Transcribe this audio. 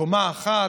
קומה אחת,